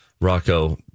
Rocco